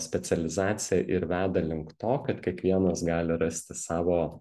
specializacija ir veda link to kad kiekvienas gali rasti savo